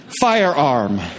firearm